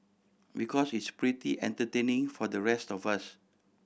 because it's pretty entertaining for the rest of us